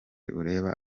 ureba